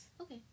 okay